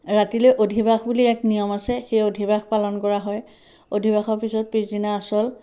ৰাতিলৈ অধিবাস বুলি এক নিয়ম আছে সেই অধিবাস পালন কৰা হয় অধিবাসৰ পিছত পিছদিনা আচল